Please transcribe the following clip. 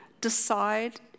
decide